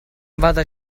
vado